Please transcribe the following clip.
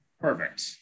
Perfect